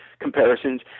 comparisons